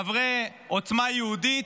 חברי עוצמה יהודית,